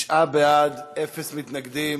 תשעה בעד, אפס מתנגדים.